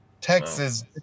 Texas